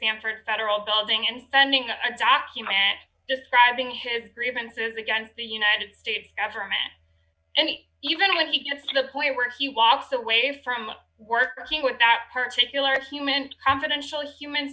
sanford federal building and sending that document describing his grievances against the united states government and even when he gets to the point where he walked away from working with that particular human confidential human